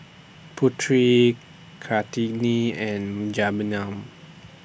Putri Kartini and Jenab